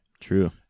True